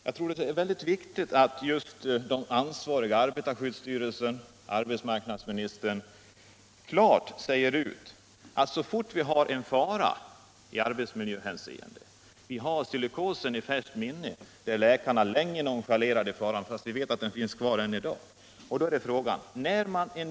Jag tror att det är mycket viktigt att just de ansvariga — arbetarskyddsstyrelsen och arbetsmarknadsministern — klart säger ut att man skall införa bestämmelser så snart man misstänker att fara föreligger — vi har silikosen i färskt minne, en fara som läkarna länge nonchalerade och som vi vet finns kvar än i dag.